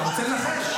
אתה רוצה לנחש?